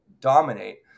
dominate